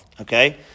Okay